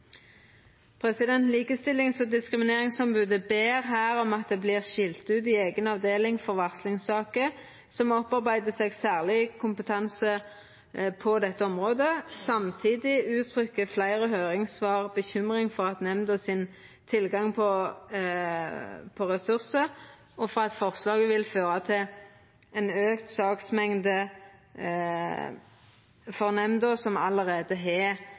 Likestillings- og diskrimineringsombodet ber her om at det vert skilt ut ei eiga avdeling for varslingssakar som opparbeider seg særleg kompetanse på dette området. Samtidig uttrykkjer fleire høyringssvar bekymring for tilgangen nemnda har på ressursar, og for at forslaget vil føra til ein auka saksmengde for nemnda, som allereie har